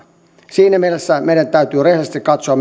siinä mielessä meidän täytyy rehellisesti katsoa